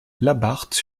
labarthe